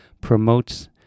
promotes